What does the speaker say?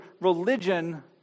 religion